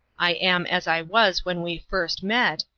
i am as i was when we first met,